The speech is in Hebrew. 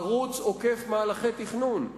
ערוץ עוקף מהלכי תכנון.